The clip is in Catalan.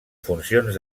funcions